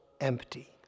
empty